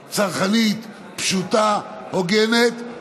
צרכנית, פשוטה, הוגנת.